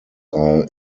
are